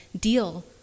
deal